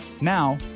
Now